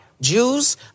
Jews